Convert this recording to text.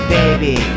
baby